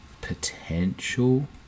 potential